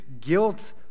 guilt